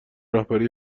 رهبری